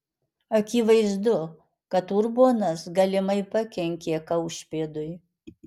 akivaizdu kad urbonas galimai pakenkė kaušpėdui